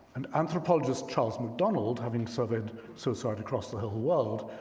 and anthropologist charles macdonald, having surveyed suicide across the whole world,